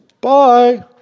Bye